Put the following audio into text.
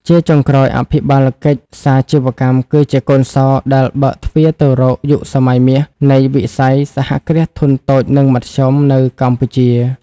ជាចុងក្រោយ អភិបាលកិច្ចសាជីវកម្មគឺជាកូនសោរដែលបើកទ្វារទៅរក "យុគសម័យមាស" នៃវិស័យ សហគ្រាសធុនតូច និងមធ្យម នៅកម្ពុជា។